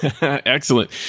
Excellent